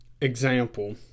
example